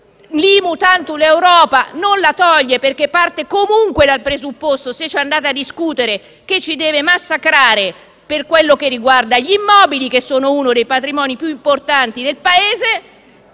Mas. Tanto l'Europa l'IMU non la toglie, perché parte comunque dal presupposto, se ci andate a discutere, che ci deve massacrare per quello che riguarda gli immobili, che sono uno dei patrimoni più importanti nel Paese.